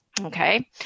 Okay